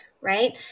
right